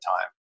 time